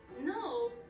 No